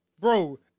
Bro